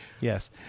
Yes